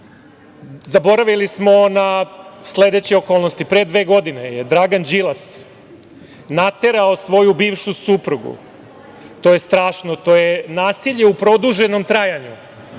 pravde. Zaboravili smo sledeće okolnosti. Pre dve godine je Dragan Đilas naterao svoju bivšu suprugu, to strašno, to je nasilje u produženom trajanju,